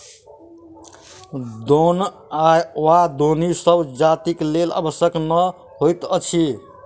दौन वा दौनी सभ जजातिक लेल आवश्यक नै होइत अछि